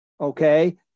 Okay